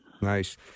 Nice